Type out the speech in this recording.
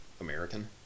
American